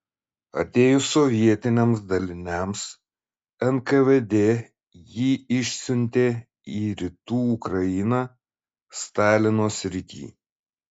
atėjus sovietiniams daliniams nkvd jį išsiuntė į rytų ukrainą stalino sritį